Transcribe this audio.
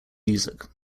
music